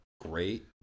Great